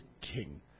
king